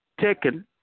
taken